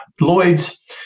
Lloyd's